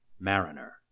Mariner